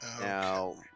Now